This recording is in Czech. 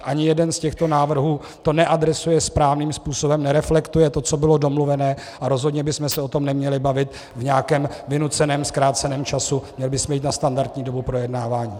Ani jeden z těchto návrhů to neadresuje správným způsobem, nereflektuje to, co bylo domluvené, a rozhodně bychom se o tom neměli bavit v nějakém vynuceném zkráceném čase, měli bychom jít na standardní dobu projednávání.